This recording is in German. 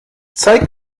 zeige